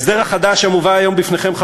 ההסדר החדש המובא היום בפניכם,